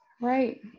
Right